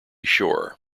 shore